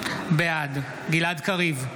בעד גלעד קריב,